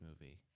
movie